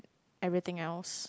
everything else